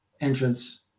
entrance